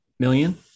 Million